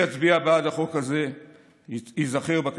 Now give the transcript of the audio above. היושב-ראש, אי-אפשר ככה, בוא.